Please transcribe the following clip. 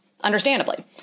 Understandably